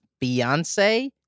Beyonce